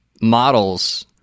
models